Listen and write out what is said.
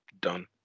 done